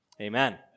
Amen